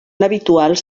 habituals